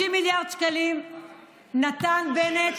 30 מיליארד שקלים נתן בנט,